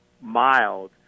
mild